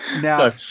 now